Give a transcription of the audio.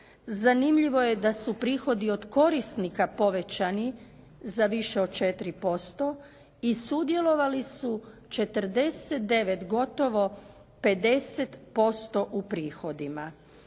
Zanimljivo je da su prihodi od korisnika povećani za više od 4% i sudjelovali su 49, gotovo 50% u prihodima.